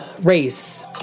Race